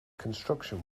construction